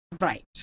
right